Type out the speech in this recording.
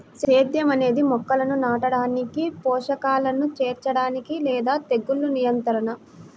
సేద్యం అనేది మొక్కలను నాటడానికి, పోషకాలను చేర్చడానికి లేదా తెగులు నియంత్రణ